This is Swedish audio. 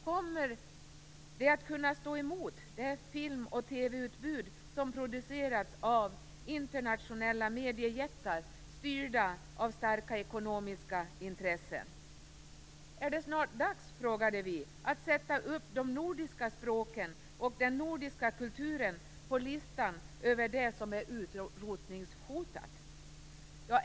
Kommer de att kunna stå emot det film och TV-utbud som producerats av internationella mediejättar styrda av starka ekonomiska intressen? Är det snart dags, frågade vi, att sätta upp de nordiska språken och den nordiska kulturen på listan över det som är utrotningshotat?